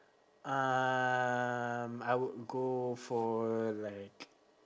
um I would go for like